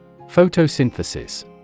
Photosynthesis